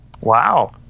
Wow